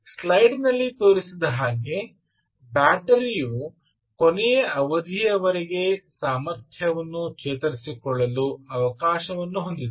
ಸ್ಲೈಡಿನಲ್ಲಿ ತೋರಿಸಿದ ಹಾಗೆ ಬ್ಯಾಟರಿಯು ಕೊನೆಯ ಅವಧಿಯವರೆಗೆ ಸಾಮರ್ಥ್ಯವನ್ನು ಚೇತರಿಸಿಕೊಳ್ಳಲು ಅವಕಾಶವನ್ನು ಹೊಂದಿದೆ